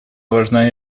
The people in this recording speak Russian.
важна